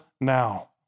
now